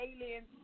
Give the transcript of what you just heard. aliens